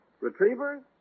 Retrievers